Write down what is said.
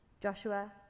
Joshua